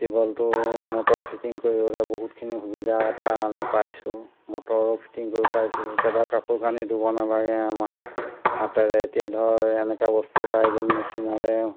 টিউবৱেলটো motor fitting কৰিবলৈ বহুতখিনি সুবিধা এটা আমি পাইছোঁ মটৰো ফিটিং কৰিব পাইছোঁ এতিয়া ধৰক কাপোৰ কানি ধুব নালাগে আমাক হাতেৰে এতিয়া ধৰ এনেকা বস্তু ওলাই গ'ল মেচিনেৰে